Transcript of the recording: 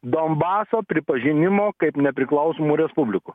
donbaso pripažinimo kaip nepriklausomų respublikų